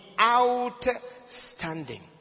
outstanding